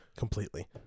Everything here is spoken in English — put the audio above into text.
Completely